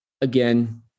Again